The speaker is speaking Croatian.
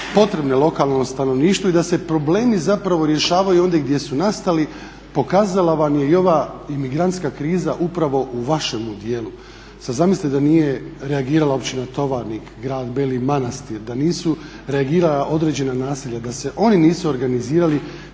potrebne lokalnom stanovništvu i da se problemi zapravo rješavaju ondje gdje su nastali pokazala vam je i ova imigrantska kriza upravo u vašem dijelu. Sad zamislite da nije reagirala općina Tovarnik, grad Beli Manastir, da nisu reagirala određena naselja, da se oni nisu organizirali